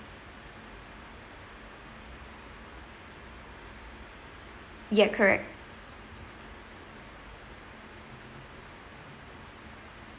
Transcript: ya correct